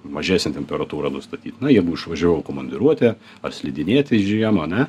mažesnę temperatūrą nustatyt na jeigu išvažiavau į komandiruotę ar slidinėti žiemą ane